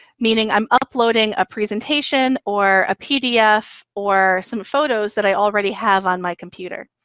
meaning i'm uploading a presentation or a pdf or some photos that i already have on my computer.